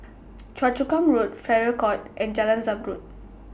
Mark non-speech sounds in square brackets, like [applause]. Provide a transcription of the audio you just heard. [noise] Choa Chu Kang Road Farrer Court and Jalan Zamrud